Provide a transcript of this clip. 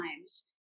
times